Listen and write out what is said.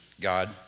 God